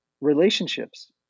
relationships